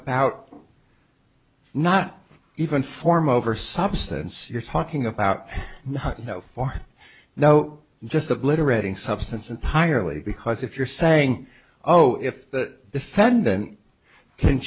about not even form over substance you're talking about for now just obliterating substance entirely because if you're saying oh if the defendant can